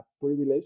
privilege